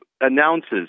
announces